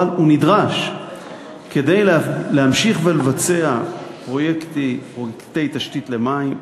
אבל הוא נדרש כדי להמשיך ולבצע פרויקטי תשתית למים,